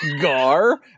Gar